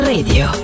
Radio